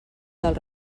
del